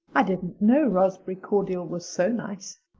i didn't know raspberry cordial was so nice.